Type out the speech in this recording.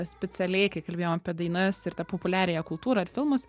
specialiai kai kalbėjom apie dainas ir tą populiariąją kultūrą ir filmus